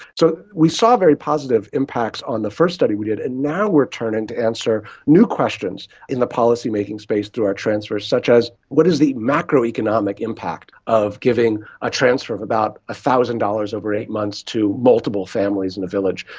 so we saw very positive impacts on the first study we did, and now we are turning to answer new questions in the policy-making space through our transfers, such as what is the macroeconomic impact of giving a transfer of about one ah thousand dollars over eight months to multiple families in a village?